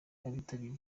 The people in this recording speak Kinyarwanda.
abitabiriye